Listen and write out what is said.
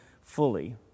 fully